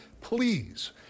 Please